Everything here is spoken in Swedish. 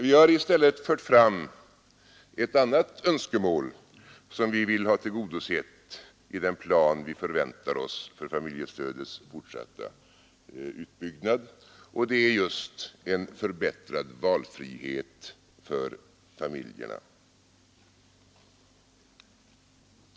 Vi har i stället fört fram ett annat önskemål, som vi vill ha tillgodosett i den plan vi förväntar oss för familjestödets fortsatta utbyggnad, och det är just en förbättrad valfrihet för familjerna.